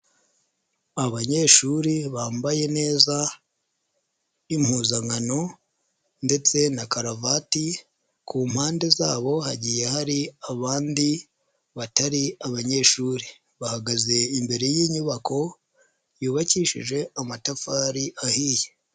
Abanyeshuri bambaye neza, impuzankano ndetse na karuvati, ku mpande zabo hagiye hari abandi batari abanyeshuri. Bahagaze imbere y'inyubako yubakishije amatafari ahiye.